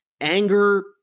anger